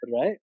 right